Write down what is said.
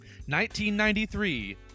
1993